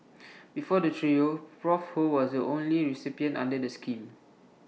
before the trio Prof ho was the only recipient under the scheme